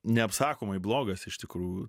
neapsakomai blogas iš tikrų